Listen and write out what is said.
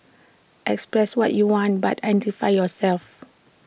express what you want but identify yourself